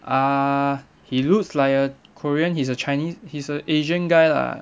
ah he looks like a korean he's a chinese he's a asian guy lah